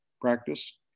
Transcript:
practice